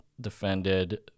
defended